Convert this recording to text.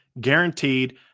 guaranteed